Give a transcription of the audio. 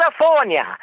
California